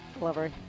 Delivery